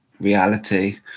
reality